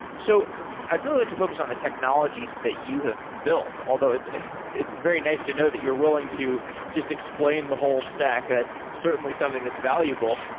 so i'd really like to focus on the technologies that you have built, although it's it's very nice to know that you're willing to just explain the whole stack. and it's certainly something that's valuable.